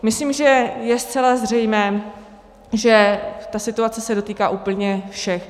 Myslím, že je zcela zřejmé, že situace se dotýká úplně všech.